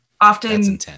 Often